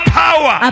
power